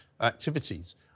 activities